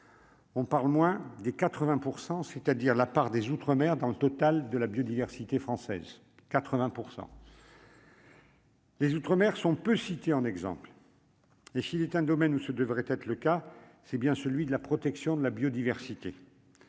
on parle moins des 80 %, c'est-à-dire la part des Outre-mer dans le total de la biodiversité française 80 %. Les outre-mer sont peu citer en exemple. Et s'il est un domaine où ce devrait être le cas, c'est bien celui de la protection de la biodiversité,